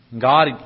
God